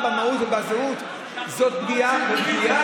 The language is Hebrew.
את הזכות שלנו לקיום במדינת